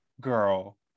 Girl